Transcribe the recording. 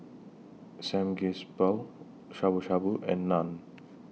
Samgeyopsal Shabu Shabu and Naan